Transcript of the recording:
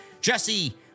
Jesse